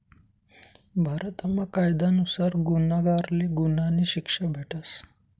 भारतमा कायदा नुसार गुन्हागारले गुन्हानी शिक्षा भेटस